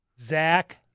Zach